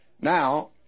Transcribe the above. Now